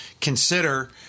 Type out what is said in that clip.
consider